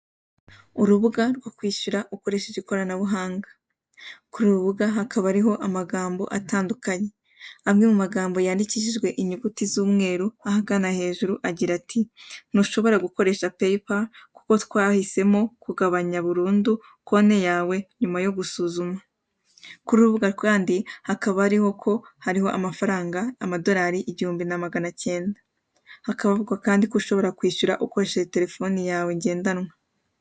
Urubuga rwo kwishyura ukoresheje ikoranabuhanga, kuri uru rubuga hakaba hariho amagambo atandukanye amwe mu magambo yandikishije inyuguti z'umweru ahagana hejuru agira ati ntushobora gukoresha PayPal kuko twahisemo kugabanya burundu konte yawe nyuma yo gusuzumwa, kuri uru rubuga kandi hakaba hariho ko hariho amafaranga amadolari igihumbi na magana cyenda, hakaba ahubwo kandi ko ushobora kwishyura ukoresheje terefone yawe ngendanwa.